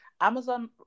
Amazon